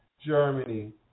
Germany